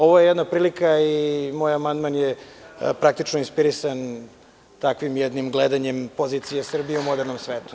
Ovo je jedna prilika i moj amandman je praktično inspirisan takvim jednim gledanjem pozicije Srbije u modernom svetu.